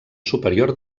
superior